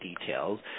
details